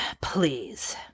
please